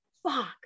fuck